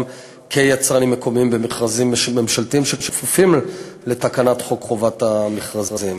כיצרנים מקומיים במכרזים ממשלתיים שכפופים לתקנת חוק חובת המכרזים,